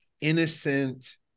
innocent